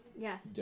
Yes